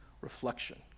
reflection